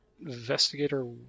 investigator